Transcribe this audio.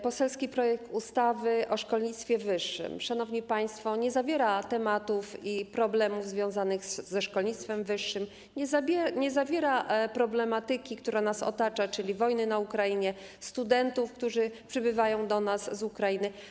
Poselski projekt ustawy o szkolnictwie wyższym, szanowni państwo, nie obejmuje tematów ani problemów związanych ze szkolnictwem wyższym, nie dotyczy problematyki, która nas otacza, czyli wojny na Ukrainie, studentów, którzy przybywają do nas z Ukrainy.